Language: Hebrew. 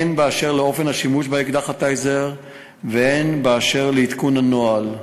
הן באשר לאופן השימוש באקדח ה"טייזר" והן באשר לעדכון הנוהל,